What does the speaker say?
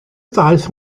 ddaeth